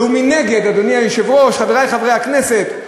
ומנגד, אדוני היושב-ראש, חברי חברי הכנסת,